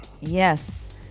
Yes